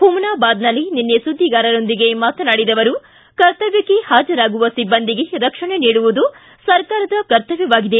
ಹುಮನಾಬಾದ್ನಲ್ಲಿ ನಿನ್ನೆ ಸುದ್ದಿಗಾರರೊಂದಿಗೆ ಮಾತನಾಡಿದ ಅವರು ಕರ್ತವ್ಯಕ್ಕೆ ಹಾಜರಾಗುವ ಸಿಬ್ಬಂದಿಗೆ ರಕ್ಷಣೆ ನೀಡುವುದು ಸರ್ಕಾರದ ಕರ್ತವ್ಯವಾಗಿದೆ